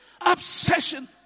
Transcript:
obsession